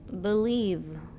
believe